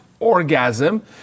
Orgasm